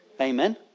Amen